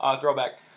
Throwback